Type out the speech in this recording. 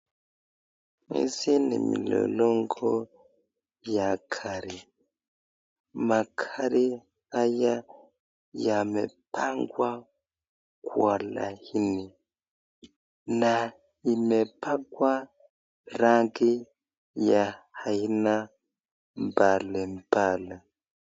Hizi ni milolongo ya gari. Magari haya yamepangwa kwa lini, naimepakwa rangi ya aina mbalimbali.